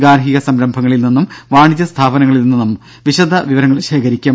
ഗാർഹിക സംരംഭങ്ങളിൽ നിന്നും വാണിജ്യ സ്ഥാപനങ്ങളിൽ നിന്നും വിശദ വിവരങ്ങൾ ശേഖരിക്കും